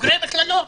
בוגרי מכללות.